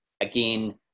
again